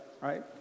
right